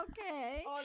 okay